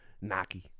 Naki